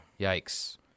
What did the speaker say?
Yikes